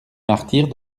martyrs